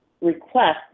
request